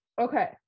Okay